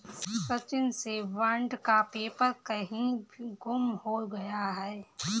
सचिन से बॉन्ड का पेपर कहीं गुम हो गया है